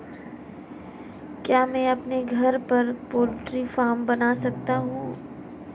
क्या मैं अपने घर पर पोल्ट्री फार्म बना सकता हूँ?